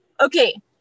okay